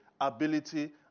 ability